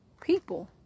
people